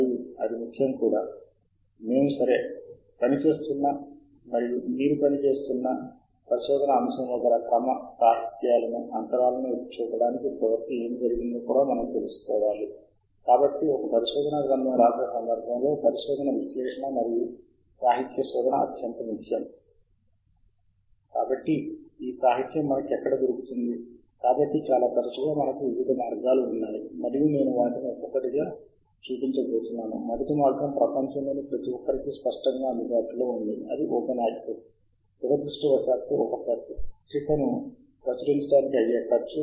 కానీ మన సూచనల కోసం మనం ఏమి జాబితా చేయాలో ఇక్కడ చేయండి మనము శోధనల చరిత్రను ప్రదర్శిస్తున్నాము మరియు కూడబెట్టాలనుకుంటున్నాము తద్వారా మనము చివరిసారి సాహిత్య శోధన చేసిన దగ్గరి నుండి కొనసాగవచ్చు మరియు చాలా ముఖ్యమైనది మనము ఆఫ్ వెబ్ సైన్స్ కి లాగిన్ కావాలి ఎందుకంటే మనము సూచనలను సేకరించాలి మనము వెబ్ సైన్స్ నుండి ఎండ్ నోట్ లైబ్రరీలోకి జోడించగలగాలి ఇది కూడా థామ్సన్ రాయిటర్స్ యొక్క ఉత్పత్తులలో ఒకటి మరియు లాగిన్ కలిగి ఉండటం మాకు ముఖ్యం ఎందుకంటే అది ఇక్కడ సూచనలు నమోదు చేయబడతాయి మరియు ఆ తరువాత మాత్రమే మనము వాటిని బయటకు తీయగలము